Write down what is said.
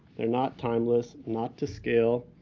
they're not timeless, not to scale.